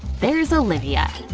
there's olivia,